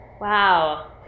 wow